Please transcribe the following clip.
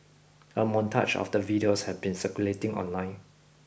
a montage of the videos have been circulating online